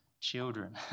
children